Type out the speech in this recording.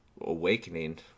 awakening